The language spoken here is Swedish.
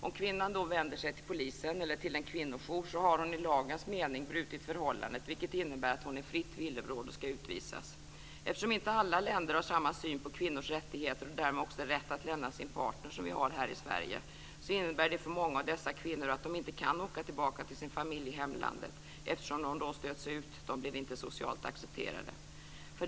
Om kvinnan då vänder sig till polisen eller till en kvinnojour, har hon i lagens mening brutit förhållandet, vilket innebär att hon är fritt villebråd och ska utvisas. Eftersom inte alla länder har samma syn på kvinnors rätt att lämna sin partner som vi har här i Sverige, kan många av dessa kvinnor inte åka tillbaka till sin familj i hemlandet, eftersom de då stöts ut. De blir inte socialt accepterade.